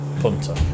punter